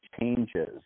changes